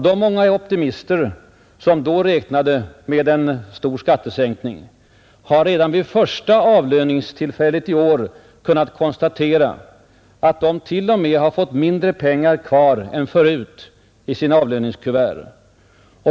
De många optimister, som då räknade med en stor skattesänkning, har redan vid första avlöningstillfället i år kunnat konstatera att de t.o.m. fått mindre pengar kvar än förut i sina avlöningskuvert.